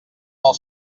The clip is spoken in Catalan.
els